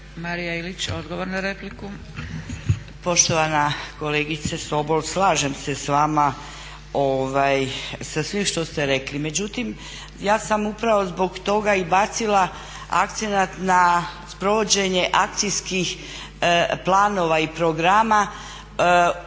Marija Ilić, odgovor na repliku.